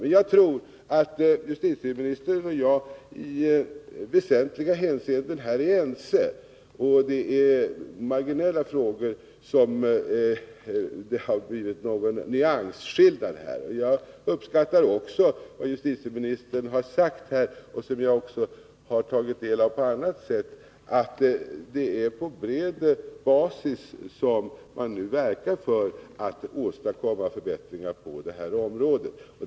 ö Jag tror emellertid att justitieministern och jag i väsentliga hänseenden är ense och att det bara är i marginella frågor som det har blivit någon nyansskillnad. Jag uppskattar vad justitieministern har sagt — något som jag också tagit del av på annat sätt — nämligen att det är på bred basis som man nu verkar för att åstadkomma förbättringar på detta område.